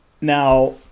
now